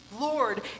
Lord